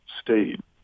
state